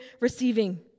receiving